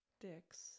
Dicks